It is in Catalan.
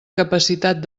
capacitat